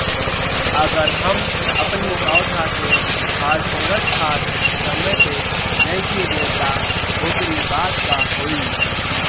अगर हम अपनी पौधा के फास्फोरस खाद समय पे नइखी देत तअ ओकरी बाद का होई